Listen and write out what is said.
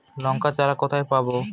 লঙ্কার চারা কোথায় পাবো?